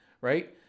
right